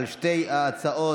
על שתי ההצעות.